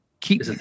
keep